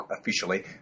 officially